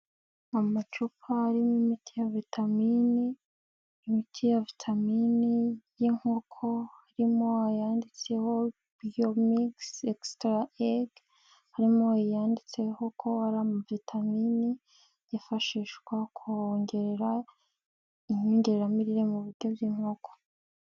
Amacupa arimo imiti ya vitamini, imiti ya vitamini y'inkoko, harimo ayanyanditseho biyomigisi egisitara egi, harimo iyanditseho ko ari ama vitaminini yifashishwa kongerera inyongeramirire mu biryo by'inkoko.